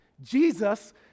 Jesus